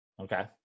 Okay